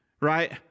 right